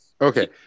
Okay